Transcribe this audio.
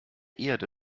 erde